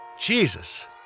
Jesus